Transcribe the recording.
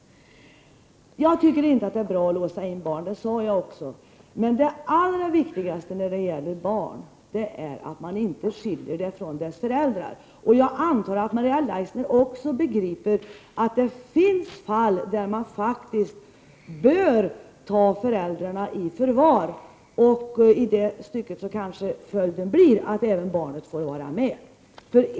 Jag tycker inte att det är bra att låsa in barn, och det sade jag också i mitt anförande. Men det allra viktigaste när det gäller barn är att man inte skiljer barnet från dess föräldrar. Jag antar att Maria Leissner också förstår att det finns fall där man faktiskt bör ta föräldrarna i förvar, och i sådana fall blir kanske följden att även barnet får följa med.